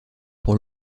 pour